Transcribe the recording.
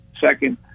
second